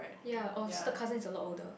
yea oh so the cousin is a lot older